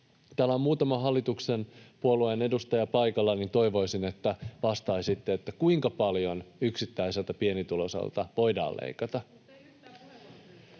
täällä on muutama hallituksen puolueen edustaja paikalla, niin toivoisin, että vastaisitte: kuinka paljon yksittäiseltä pienituloiselta voidaan leikata?